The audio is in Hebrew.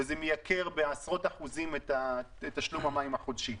וזה מייקר בעשרות אחוזים את תשלום המים החודשי.